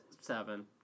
seven